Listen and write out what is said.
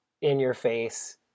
in-your-face